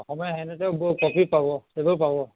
পাব